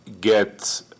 get